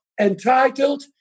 entitled